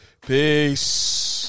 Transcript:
Peace